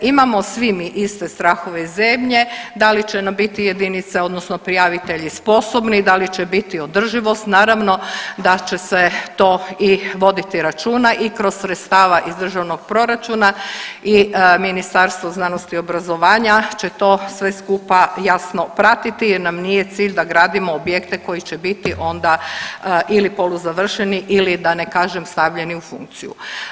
Imamo svi mi iste strahove i zebnje da li će nam biti jedinice odnosno prijavitelji sposobni, da li će biti održivost, naravno da će se to i voditi računa i kroz sredstava iz državnog proračuna i Ministarstvo znanosti i obrazovanja će to sve skupa jasno pratiti jer nam nije cilj da gradimo objekte koji će biti onda ili poluzavršeni ili da ne kažem stavljeni u funkciju.